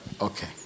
Okay